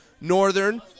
Northern